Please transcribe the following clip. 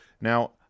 Now